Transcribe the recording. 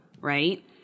Right